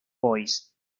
boys